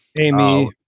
Amy